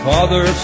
Father